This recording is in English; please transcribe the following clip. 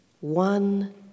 one